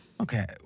Okay